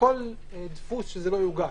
בכל דפוס שזה לא יוגש,